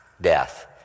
Death